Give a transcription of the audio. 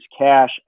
cash